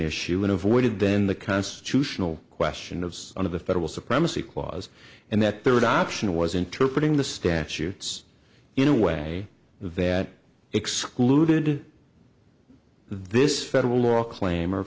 issue and avoided then the constitutional question of one of the federal supremacy clause and that third option was interpreted in the statutes in a way that excluded this federal law claim or